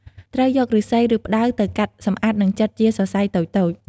ត្រូវយក ឫស្សី ឬ ផ្តៅ ទៅកាត់ សម្អាត និងចិតជាសរសៃតូចៗ។